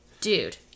Dude